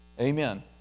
Amen